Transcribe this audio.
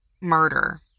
murder